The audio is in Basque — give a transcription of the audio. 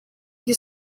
ari